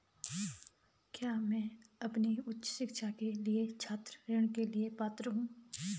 क्या मैं अपनी उच्च शिक्षा के लिए छात्र ऋण के लिए पात्र हूँ?